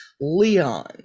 Leon